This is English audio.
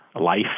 life